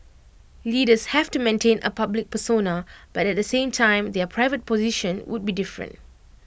leaders have to maintain A public persona but at the same time their private position would be different